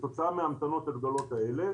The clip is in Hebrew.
כתוצאה מהאוניות הגדולות האלה